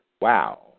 Wow